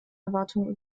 erwartungen